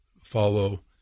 follow